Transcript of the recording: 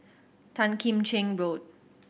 Tan Kim Cheng Road